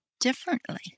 differently